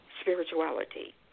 spirituality